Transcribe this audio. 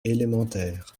élémentaire